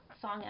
song